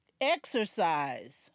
Exercise